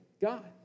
God